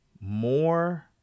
more